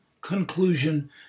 conclusion